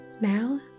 Now